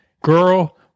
girl